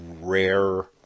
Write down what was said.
rare